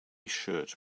shirt